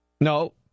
No